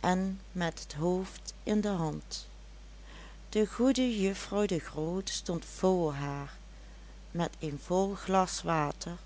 en met het hoofd in de hand de goede juffrouw de groot stond vr haar met een vol glas water